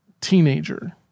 teenager